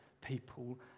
people